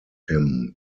him